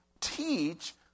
teach